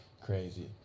crazy